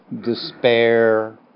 despair